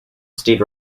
steed